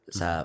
sa